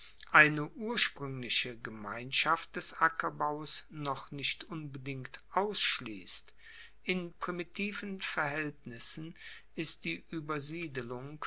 eine urspruengliche gemeinschaft des ackerbaues noch nicht unbedingt ausschliesst in primitiven verhaeltnissen ist die